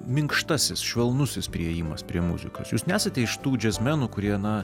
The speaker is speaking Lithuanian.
minkštasis švelnusis priėjimas prie muzikos jūs nesate iš tų džiazmenų kurie na